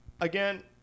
again